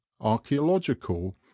archaeological